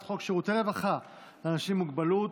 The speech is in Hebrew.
חוק שירותי רווחה לאנשים עם מוגבלות,